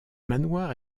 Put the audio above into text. manoir